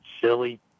silly